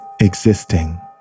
existing